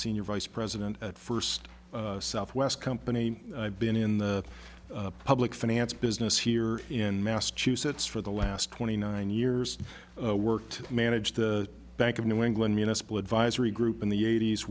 senior vice president at first southwest company been in the public finance business here in massachusetts for the last twenty nine years worked managed the bank of new england municipal advisory group in the eight